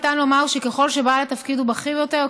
ניתן לומר שככל שבעל התפקיד הוא בכיר יותר,